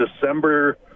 December